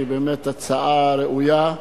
שהיא באמת הצעה ראויה.